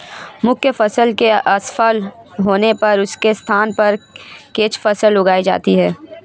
मुख्य फसल के असफल होने पर उसके स्थान पर कैच फसल उगाई जाती है